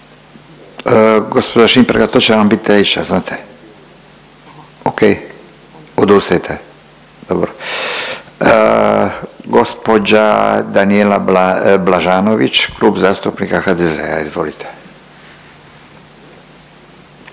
Gospođa Šimpraga to će vam biti treća znate, ok, odustajete, dobro. Gospođa Danijela Blažanović Klub zastupnika HDZ-a. Izvolite.